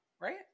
Right